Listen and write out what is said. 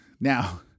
Now